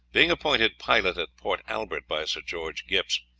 being appointed pilot at port albert by sir george gipps,